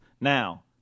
Now